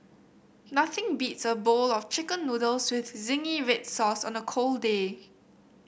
nothing beats a bowl of Chicken Noodles with zingy red sauce on a cold day